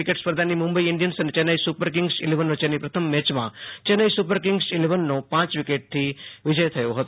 cricket સ્પર્ધાની Mumbai Indians અને Chennai super kings eleven વચ્ચેની પ્રથમ મેયમાં ચેન્નાઈ સુ પર કિંગ્સ ઈલેવનનો પાંચ વિકેટેથી વિજય થયો હતો